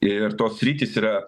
ir tos sritys yra